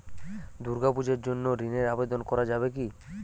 দুর্গাপূজার জন্য ঋণের আবেদন করা যাবে কি?